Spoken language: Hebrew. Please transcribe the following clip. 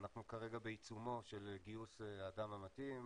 אנחנו כרגע בעיצומו של גיוס האדם המתאים,